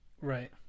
Right